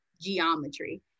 geometry